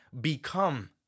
become